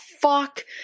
fuck